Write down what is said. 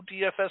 DFS